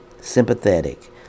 sympathetic